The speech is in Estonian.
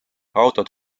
autod